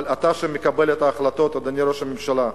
אבל אתה, שמקבל את ההחלטות, אדוני ראש הממשלה,